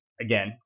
again